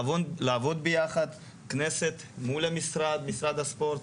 לעבוד ביחד כנסת מול משרד הספורט.